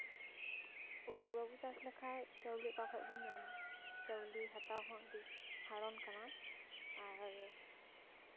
ᱦᱩᱲᱩ ᱵᱟᱵᱚ ᱪᱟᱥ ᱞᱮᱠᱷᱟᱡ ᱪᱟᱣᱞᱮ ᱚᱠᱟ ᱠᱷᱚᱱ ᱵᱚᱱ ᱧᱟᱢᱟ ᱪᱟᱣᱞᱮ ᱦᱟᱛᱟᱣ ᱦᱚᱸ ᱟᱹᱰᱤ ᱦᱟᱲᱚᱱ ᱠᱟᱱᱟ ᱟᱨ